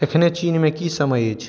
एखने चीनमे की समय अछि